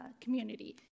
community